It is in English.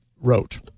wrote